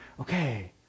okay